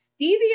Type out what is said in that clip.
Stevia